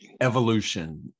evolution